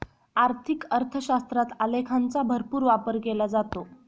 आर्थिक अर्थशास्त्रात आलेखांचा भरपूर वापर केला जातो